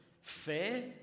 fair